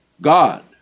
God